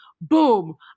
Boom